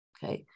Okay